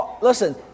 Listen